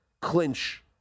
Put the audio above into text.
clinch